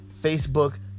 Facebook